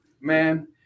Man